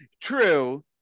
true